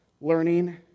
learning